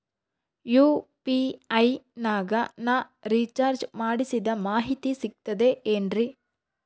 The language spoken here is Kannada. ಯು.ಪಿ.ಐ ನಾಗ ನಾ ರಿಚಾರ್ಜ್ ಮಾಡಿಸಿದ ಮಾಹಿತಿ ಸಿಕ್ತದೆ ಏನ್ರಿ?